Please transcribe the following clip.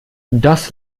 das